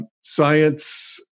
Science